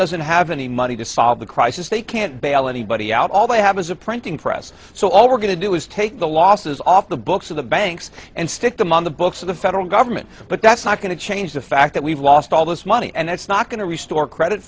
doesn't have any money to solve the crisis they can't bail anybody out all they have is a printing press so all we're going to do is take the losses off the books of the banks and stick them on the books of the federal government but that's not going to change the fact that we've lost all this money and that's not going to restore credit